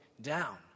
down